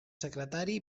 secretari